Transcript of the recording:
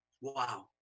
Wow